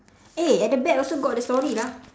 eh at the back also got the story lah